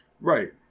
Right